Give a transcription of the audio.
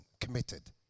committed